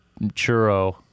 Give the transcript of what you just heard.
Churro